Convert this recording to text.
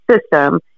system